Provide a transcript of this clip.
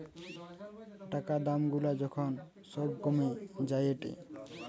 টাকা দাম গুলা যখন সব কমে যায়েটে